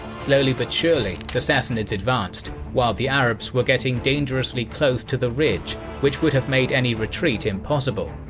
slowly but surely the sassanids advanced, while the arabs were getting dangerously close to the ridge, which would have made any retreat impossible.